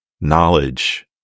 knowledge